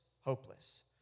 hopeless